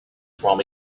from